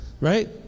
Right